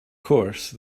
course